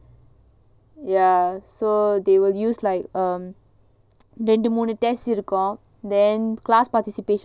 ya so they will use like um then the ரெண்டுமூணு:rendu moonu test இருக்கும்:irukum then class participation